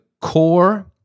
core